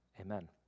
Amen